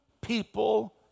people